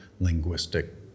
linguistic